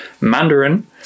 mandarin